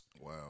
Wow